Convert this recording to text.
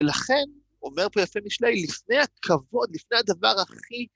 ולכן, אומר פה יפה משלי, לפני הכבוד, לפני הדבר הכי...